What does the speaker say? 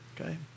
Okay